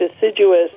deciduous